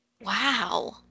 Wow